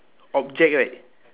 object right